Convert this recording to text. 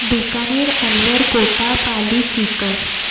Bikaner Alwar Kota Pali Sikar